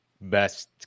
best